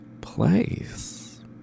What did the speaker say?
place